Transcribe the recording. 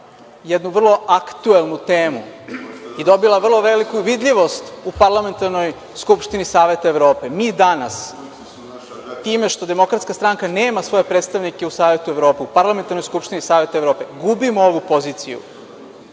jednu vrlo aktuelnu temu i dobila vrlo veliku vidljivost u Parlamentarnoj skupštini Saveta Evrope. Mi danas time što DS nema svoje predstavnike u Savetu Evrope, u Parlamentarnoj skupštini Saveta Evrope gubimo ovu poziciju